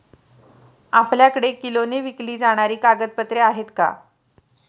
आपल्याकडे किलोने विकली जाणारी कागदपत्रे आहेत का?